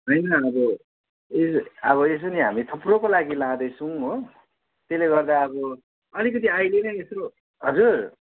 होइन अब ए अब यसो नि हामी थुप्रोको लागि लाँदैछौँ हो त्यसले गर्दा अब अलिकति अहिले नै यसो हजुर